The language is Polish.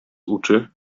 uczy